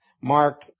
Mark